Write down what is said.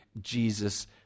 Jesus